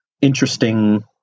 interesting